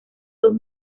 dos